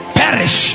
perish